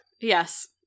Yes